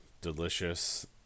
delicious